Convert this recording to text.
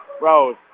Rose